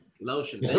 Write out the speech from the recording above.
lotion